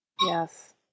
Yes